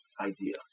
idea